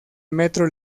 metro